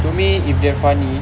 to me if they're funny